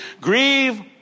Grieve